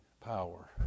power